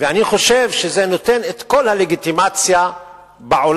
ואני חושב שזה נותן את כל הלגיטימציה בעולם